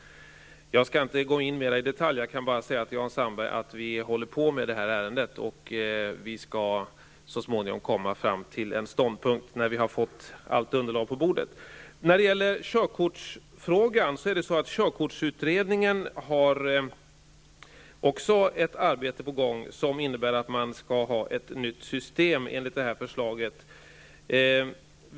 Jag skall inte gå in mera i detalj, men jag kan säga till Jan Sandberg att vi håller på med det här ärendet. Vi skall så småningom komma fram till en ståndpunkt när vi har fått allt underlag på bordet. Beträffande körkortsfrågan har körkortsutredningen ett arbete på gång, som innebär att det skall bli ett nytt system.